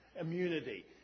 immunity